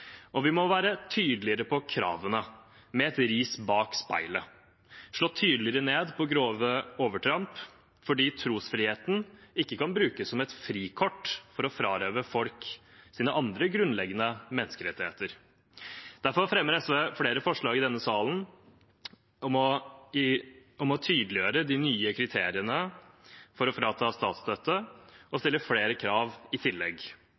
og vi må være tydeligere på kravene, med et ris bak speilet, slå tydeligere ned på grove overtramp, for trosfriheten kan ikke brukes som et frikort for å frarøve folk andre grunnleggende menneskerettigheter. Derfor fremmer SV flere forslag i denne salen om å tydeliggjøre de nye kriteriene for å frata statsstøtte og stille flere krav i tillegg.